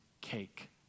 cake